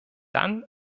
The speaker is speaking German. dann